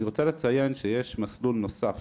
אני רוצה לציין שיש מסלול נוסף.